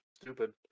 stupid